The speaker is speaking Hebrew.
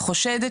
את